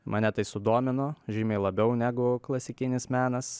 mane tai sudomino žymiai labiau negu klasikinis menas